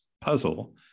puzzle